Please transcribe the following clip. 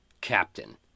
captain